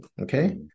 okay